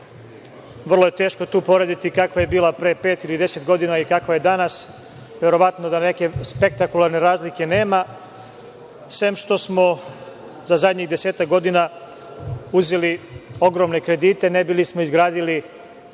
vrlo je teško tu porediti kakva je bila pre pet ili deset godina, a kakva je danas, verovatno da neke spektakularne razlike nema, sem što smo za zadnjih desetak godina uzeli ogromne kredite ne bi li smo izgradili